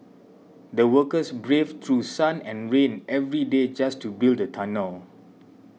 the workers braved through sun and rain every day just to build the tunnel